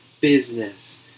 business